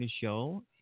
Show